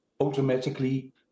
automatically